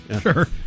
sure